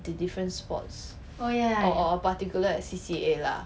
the different sports or~ or a particular C_C_A lah